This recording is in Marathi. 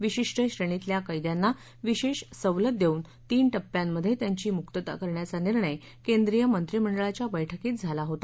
विशिष्ट श्रेणीतल्या कैद्यांना विशेष सवलत देऊन तीन टप्प्यांमध्ये त्यांची मुर्कता करण्याचा निर्णय केंद्रीय मंत्रिमंडळाच्या बैठकीत झाला होता